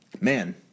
man